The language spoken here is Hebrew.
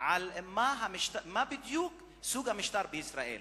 מה בדיוק סוג המשטר בישראל.